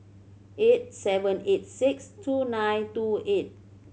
eight seven eight six two nine two eight